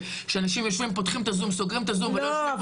שאנשים יושבים ופותחים את הזום וסוגרים את הזום --- לא,